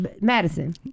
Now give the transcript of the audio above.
Madison